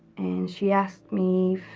and she asked me